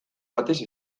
batez